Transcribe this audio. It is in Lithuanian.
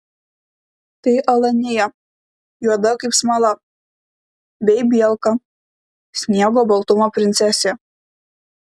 tai alanija juoda kaip smala bei bielka sniego baltumo princesė